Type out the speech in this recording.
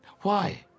Why